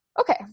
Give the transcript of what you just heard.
Okay